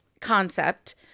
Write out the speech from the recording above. concept